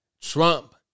Trump